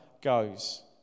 goes